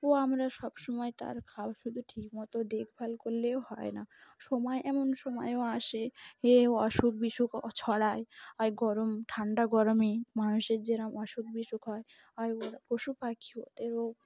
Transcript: ও আমরা সব সমময় তার খাওয়া শুধু ঠিকমতো দেখভাল করলেও হয় না সময় এমন সময়ও আসে এ অসুখ বিসুখ ছড়ায় আর গরম ঠান্ডা গরমে মানুষের যেরম অসুখ বিসুখ হয় আর ওরা পশু পাখি ওদেরও